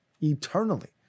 eternally